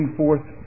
forth